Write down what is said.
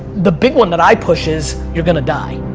the big one that i push is you're gonna die.